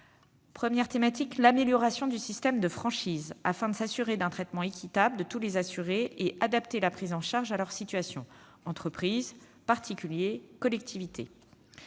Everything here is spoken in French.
première thématique est l'amélioration du système de franchises, afin de s'assurer d'un traitement équitable de tous les assurés et d'adapter la prise en charge à leur situation : entreprises, particuliers ou encore collectivités.